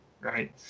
right